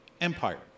empire